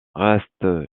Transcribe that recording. reste